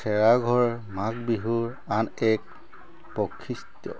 চেৰাঘৰ মাঘ বিহুৰ আন এক বৈশিষ্ট্য